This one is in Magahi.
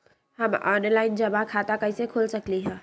हम ऑनलाइन जमा खाता कईसे खोल सकली ह?